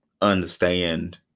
understand